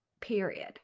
Period